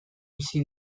bizi